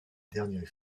dernière